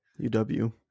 UW